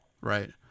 right